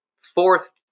fourth